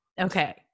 Okay